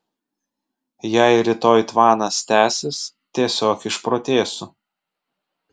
jei ir rytoj tvanas tęsis tiesiog išprotėsiu